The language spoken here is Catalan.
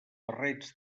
barrets